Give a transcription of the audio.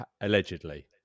Allegedly